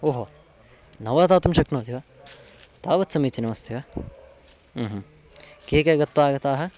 ओ हो नव दातुं शक्नोति वा तावत् समीचीनमस्ति वा के के गत्वा आगताः